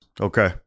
Okay